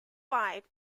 five